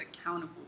accountable